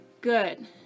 Good